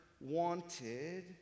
wanted